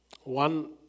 One